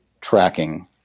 tracking